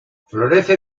florece